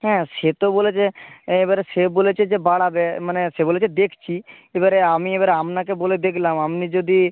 হ্যাঁ সে তো বলেছে এবারে সে বলেছে যে বাড়াবে মানে সে বলেছে দেখছি এবারে আমি এবারে আপনাকে বলে দেখলাম আপনি যদি